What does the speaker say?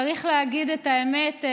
צריך להגיד את האמת,